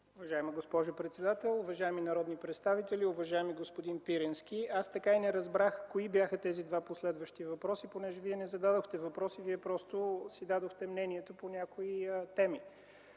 Уважаема госпожо председател, уважаеми народни представители! Уважаеми господин Пирински, аз така и не разбрах кои бяха тези два последващи въпроса, понеже Вие не зададохте въпроси, а си дадохте мнението по някои теми.